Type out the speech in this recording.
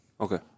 Okay